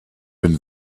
have